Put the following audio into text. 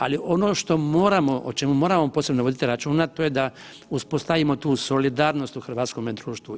Ali ono što moramo, o čemu moramo posebno voditi računa to je da uspostavimo tu solidarnost u hrvatskome društvu.